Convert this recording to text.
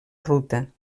ruta